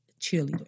cheerleader